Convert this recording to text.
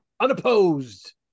unopposed